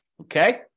Okay